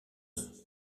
ans